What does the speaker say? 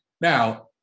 now